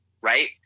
right